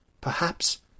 Perhaps